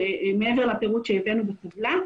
מעבר לפירוט שהבאנו בטבלה.